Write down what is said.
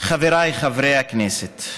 חבריי חברי הכנסת,